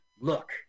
look